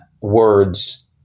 words